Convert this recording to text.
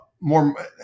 more